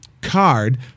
card